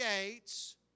gates